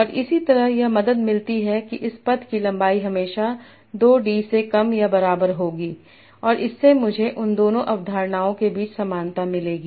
और इससे यह मदद मिलती है कि इस पथ की लंबाई हमेशा दो d से कम या बराबर होगी और इससे मुझे इन दोनों अवधारणाओं के बीच समानता मिलेगी